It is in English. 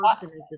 person